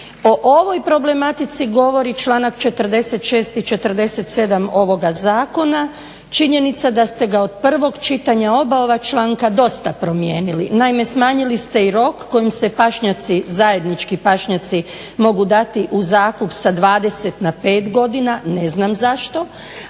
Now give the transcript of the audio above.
O ovoj problematici govori članak 46. i 47. ovoga zakona. Činjenica je da ste ga od prvog čitanja oba ova članka dosta promijenili, naime smanjili ste i rok kojim se pašnjaci, zajednički pašnjaci mogu dati u zakup sa 20 na 5 godina, ne znam zašto,